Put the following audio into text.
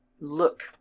look